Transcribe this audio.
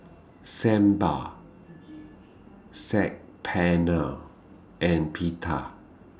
Sambar Saag Paneer and Pita